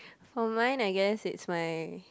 for mine I guess it's my